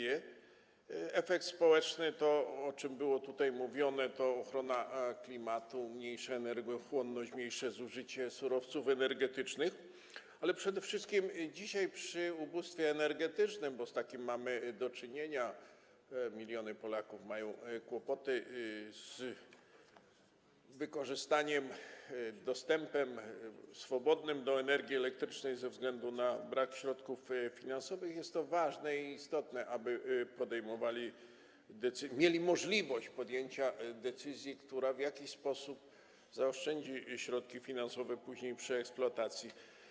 Efekt społeczny to, o czym tutaj mówiono, ochrona klimatu, mniejsza energochłonność, mniejsze zużycie surowców energetycznych, ale przede wszystkim dzisiaj, przy ubóstwie energetycznym, bo z takim do czynienia, miliony Polaków mają kłopoty z dostępem swobodnym do energii elektrycznej ze względu na brak środków finansowych, jest to ważne, istotne, aby mieli możliwość podjęcia decyzji, która w jakiś sposób pozwoli zaoszczędzić środki finansowe później, przy eksploatacji.